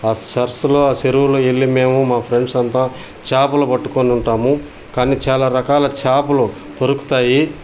ఆ సరస్సులో ఆ చెరువులో వెళ్ళి మేము మా ఫ్రెండ్స్ అంతా చేపలు పట్టుకొంటూ ఉంటాము కానీ చాలా రకాల చేపలు తొరుకుతాయి